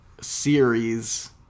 Series